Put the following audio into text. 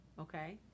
Okay